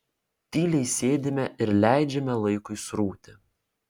tyliai sėdime ir leidžiame laikui srūti